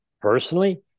personally